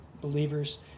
believers